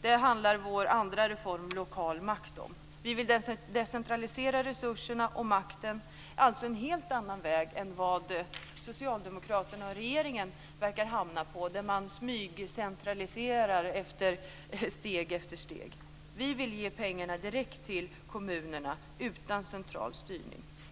Detta handlar vår andra reform, Lokal makt, om. Vi vill decentralisera resurserna och makten, dvs. gå en helt annan väg än den som Socialdemokraterna och regeringen verkar hamna på. Där smygcentraliserar man steg efter steg. Vi vill i stället ge pengarna direkt till kommunerna utan central styrning.